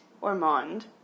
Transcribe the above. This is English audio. ormond